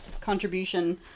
contribution